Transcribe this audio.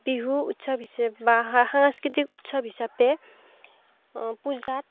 বিহু উৎসৱ হিচাপে বা সাংস্কৃতিক উৎসৱ হিচাপে পূজাত